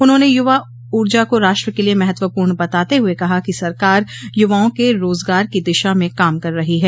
उन्होंने युवा ऊर्जा को राष्ट्र के लिए महत्वपूर्ण बताते हुए कहा कि सरकार युवाओं के रोजगार की दिशा में काम कर रही है